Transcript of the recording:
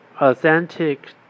Authentic